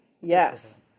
Yes